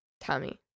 Tommy